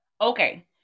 Okay